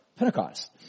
Pentecost